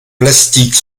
plastique